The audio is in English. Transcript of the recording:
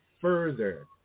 further